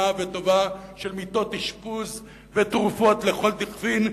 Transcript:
וטובה של מיטות אשפוז ותרופות לכל דכפין.